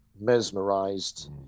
mesmerized